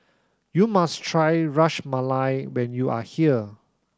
you must try Ras Malai when you are here